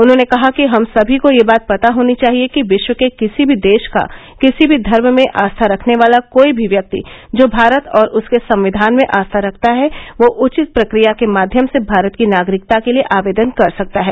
उन्होंने कहा कि हम सभी को यह बात पता होनी चाहिए कि विश्व के किसी भी देश का किसी भी धर्म में आस्था रखने वाला कोई भी व्यक्ति जो भारत और उसके संविधान में आस्था रखता है वह उचित प्रक्रिया के माध्यम से भारत की नागरिकता के लिए आवेदन कर सकता है